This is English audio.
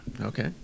okay